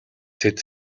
тэд